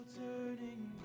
turning